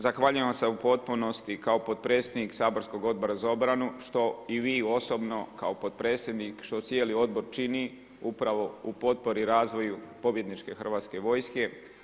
zahvaljujem se u potpunosti kao potpredsjednik saborskog Odbora za obranu što i vi kao osobno kao potpredsjednik što cijeli odbor čini upravo u potpori i razvoju pobjedničke Hrvatske vojske.